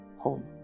home